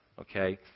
okay